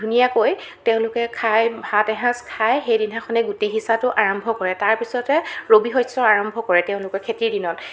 ধুনীয়াকৈ তেওঁলোকে খাই ভাত এসাজ খাই সেইদিনাখনে গুটি সিচাটো আৰম্ভ কৰে তাৰপিছতে ৰবিশস্য আৰম্ভ কৰে তেওঁলোকে খেতিৰ দিনত